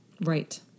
Right